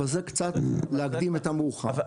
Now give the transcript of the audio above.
אבל זה קצת להקדים את המאוחר.